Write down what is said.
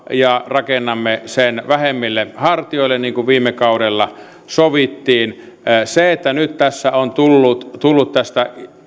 ja rakennamme sen vähemmille hartioille niin kuin viime kaudella sovittiin nyt tässä on tullut tullut